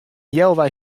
healwei